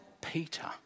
Peter